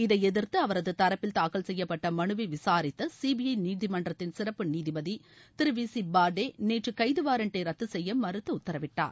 இதை எதிர்த்து அவரது தரப்பில் தாக்கல் செய்யப்பட்ட மனுவை விசாரித்த சிபிஐ நீதிமன்றத்தின் சிறப்பு நீதிபதி திரு வி சி பார்டே நேற்று கைது வாரண்டை ரத்து செய்ய மறுத்து உத்தரவிட்டார்